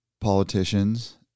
politicians